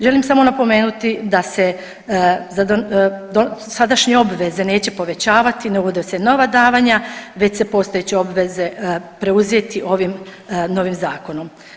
Želim samo napomenuti da se sadašnje obveze neće povećavati nego da se nova davanja već se postojeće obveze preuzeti ovim novim Zakonom.